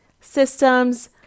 systems